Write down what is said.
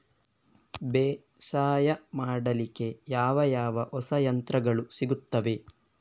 ಬೇಸಾಯ ಮಾಡಲಿಕ್ಕೆ ಯಾವ ಯಾವ ಹೊಸ ಯಂತ್ರಗಳು ಸಿಗುತ್ತವೆ?